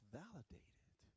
validated